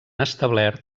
establert